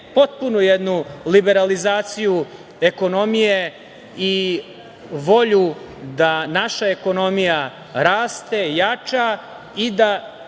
potpunu jednu liberalizaciju ekonomije i volju da naša ekonomija raste, jača i da